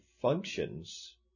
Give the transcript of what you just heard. functions